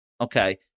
Okay